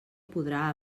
podrà